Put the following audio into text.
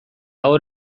hor